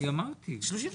הוא גם אמר 30%,